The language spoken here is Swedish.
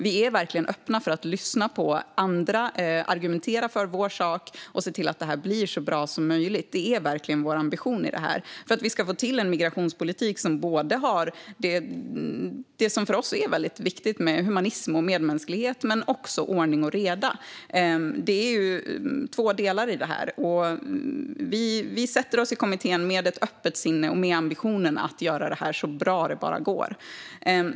Vi är verkligen öppna för att lyssna på andra, argumentera för vår sak och se till att lagen blir så bra som möjligt. Det är verkligen vår ambition att få fram en migrationspolitik som innehåller sådant som för oss är viktigt, nämligen humanism och medmänsklighet, men där det också råder ordning och reda. Det är två delar i detta. Vi sätter oss i kommittén med ett öppet sinne och med ambitionen att göra detta så bra det bara går.